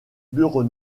bureau